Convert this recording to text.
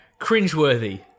Cringeworthy